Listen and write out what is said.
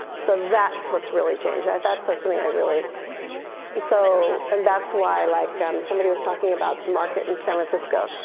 so that's what's really changed. that's so something i really and so, and that's why i like somebody was talking about the market in san francisco,